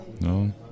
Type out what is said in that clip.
No